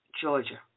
Georgia